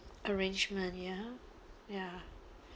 arrangement ya ya